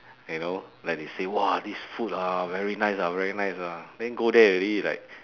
you know like they say !wah! this food ah very nice ah very nice ah then go there already like